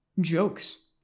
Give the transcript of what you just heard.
jokes